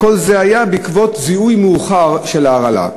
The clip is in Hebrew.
כל זה היה בעקבות זיהוי מאוחר של ההרעלה.